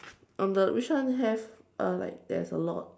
on the which one have uh like there's a lot